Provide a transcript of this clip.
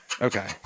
Okay